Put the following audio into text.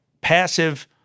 passive